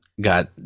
Got